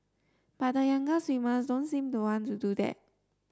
but the younger swimmers don't seem to want to do that